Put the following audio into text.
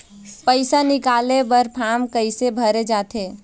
पैसा निकाले बर फार्म कैसे भरे जाथे?